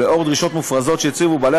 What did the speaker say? לנוכח דרישות מופרזות שהציבו בעלי